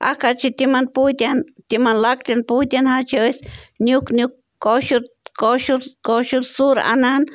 اَکھ حظ چھِ تِمَن پوٗتٮ۪ن تِمَن لۄکٹٮ۪ن پوٗتٮ۪ن حظ چھِ أسۍ نیُک نیُک کٲشُر کٲشُر کٲشُر سُر اَنان